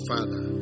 Father